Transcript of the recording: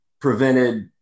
prevented